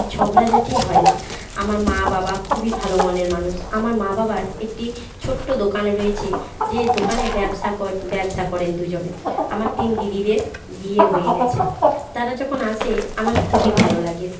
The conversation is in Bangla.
ঝগড়াঝাটি হয় না আমার মা বাবা খুবই ভালো মনের মানুষ আমার মা বাবার একটি ছোট্ট দোকানে রয়েছে যে দোকানে ব্যবসা করে ব্যবসা করেন দুজনে আমার তিন দিদিদের বিয়ে হয়ে গিয়েছে তারা যখন আসে আমার খুবই ভালো লাগে